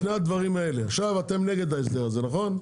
אתם נגד ההסדר הזה, נכון?